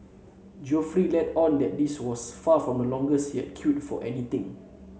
Geoffrey let on that this was far from the longest he had queued for anything